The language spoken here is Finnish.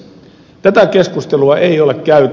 tätä keskustelua ei ole käyty